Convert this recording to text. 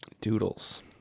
doodles